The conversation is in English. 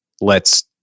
lets